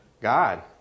God